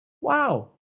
wow